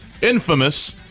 infamous